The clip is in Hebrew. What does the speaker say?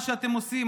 מה שאתם עושים,